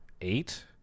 eight